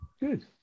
Good